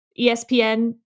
ESPN